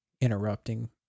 interrupting